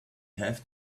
have